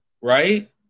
Right